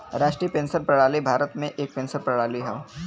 राष्ट्रीय पेंशन प्रणाली भारत में एक पेंशन प्रणाली हौ